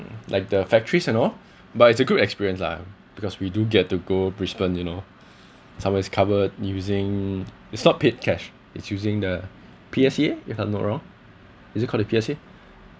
mm like the factories and all but it's a good experience lah because we do get to go brisbane you know some more it's covered using it's not paid cash is using the P_S_E_A if I'm not wrong is it call the P_S_E_A